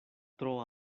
tro